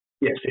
Yes